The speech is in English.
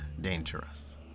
dangerous